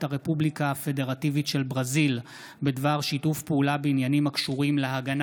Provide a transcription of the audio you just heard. הרפובליקה הפדרטיבית של ברזיל בדבר שיתוף פעולה בעניינים הקשורים להגנה.